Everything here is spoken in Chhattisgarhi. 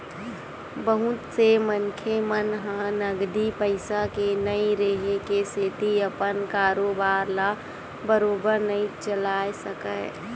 बहुत से मनखे मन ह नगदी पइसा के नइ रेहे के सेती अपन कारोबार ल बरोबर नइ चलाय सकय